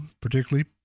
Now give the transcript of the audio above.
particularly